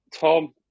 Tom